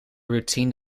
routine